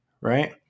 right